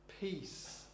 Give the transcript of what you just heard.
peace